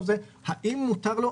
האם מותר לו?